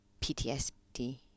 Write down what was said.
PTSD